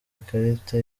ikarita